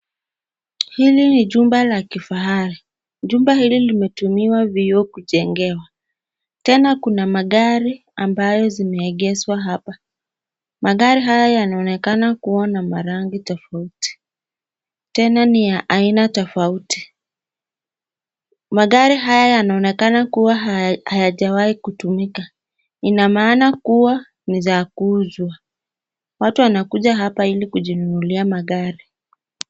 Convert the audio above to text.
Hili ni jumba la kifahari. Jumba hili limetumiwa vioo kujengewa. Tena kuna magari ambayo zimeegezwa hapa. Magari haya yanaonekana kuwa na marangi tofauti. Tena ni ya aina tofauti. Magari haya yanaonekana kuwa hajawai kutumika. Ina maana kuwa ni za kuuzwa. Watu wanakuja hapa ili kujinunulia magari.